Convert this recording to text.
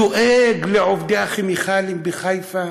דואג לעובדי הכימיקלים בחיפה,